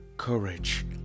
Courage